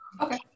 Okay